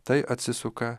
tai atsisuka